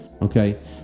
okay